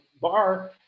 bar